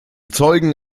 zeugen